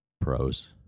Pros